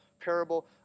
parable